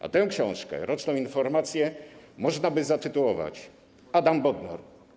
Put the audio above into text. A tę książkę, roczną informację, można by zatytułować: Adam Bodnar.